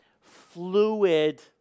fluid